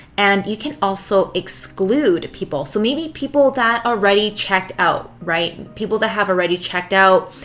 and you can also exclude people. so maybe people that already checked out, right people that have already checked out,